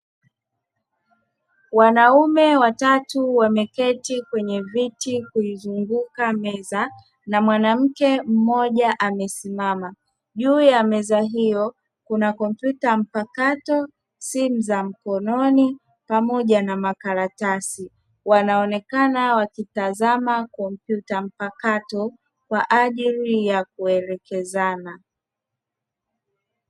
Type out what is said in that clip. Wanaume watatu wameketi kwenye viti kuizunguka meza, na mwanamke mmoja amesimama, juu ya meza hiyo kuna kompyuta mpakato, simu za mkononi pamoja na makaratasi. Wanaonekana wakitazama kompyuta mpakato, kwa ajili ya kuelekezana.